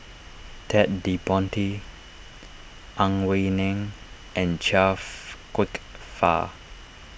Ted De Ponti Ang Wei Neng and Chia Kwek Fah